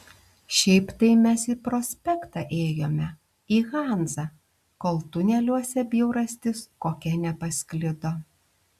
šiaip tai mes į prospektą ėjome į hanzą kol tuneliuose bjaurastis kokia nepasklido